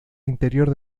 interior